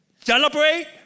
Celebrate